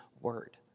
word